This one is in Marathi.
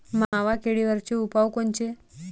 मावा किडीवरचे उपाव कोनचे?